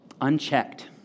unchecked